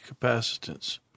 capacitance